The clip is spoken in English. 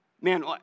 Man